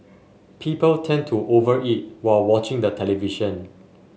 people tend to over eat while watching the television